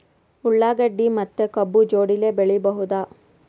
ಉಳ್ಳಾಗಡ್ಡಿ ಮತ್ತೆ ಕಬ್ಬು ಜೋಡಿಲೆ ಬೆಳಿ ಬಹುದಾ?